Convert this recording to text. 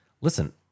Listen